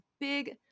big